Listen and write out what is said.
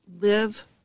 live